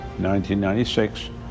1996